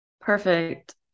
perfect